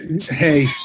Hey